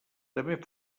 també